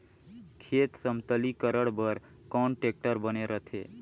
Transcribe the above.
खेत समतलीकरण बर कौन टेक्टर बने रथे?